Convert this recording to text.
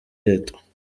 leta